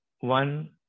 one